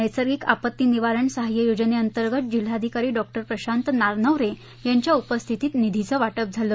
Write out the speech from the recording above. नैसर्गिक आपत्ती निवारण सहाय्य योजनेअंतर्गत जिल्हाधिकारी डॉक्टर प्रशांत नारनवरे यांच्या उपस्थितीत निधीचं वाटप झालं